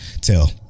tell